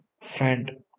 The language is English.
friend